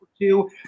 two